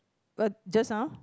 what just now